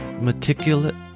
meticulous